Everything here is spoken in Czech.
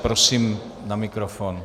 Prosím na mikrofon.